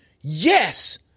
Yes